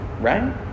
right